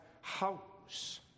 house